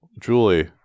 Julie